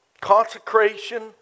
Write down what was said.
consecration